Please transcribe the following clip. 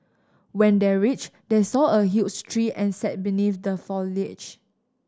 when they reached they saw a huge tree and sat beneath the foliage